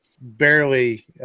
barely